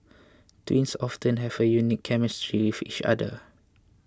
twins often have a unique chemistry with each other